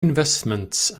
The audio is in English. investments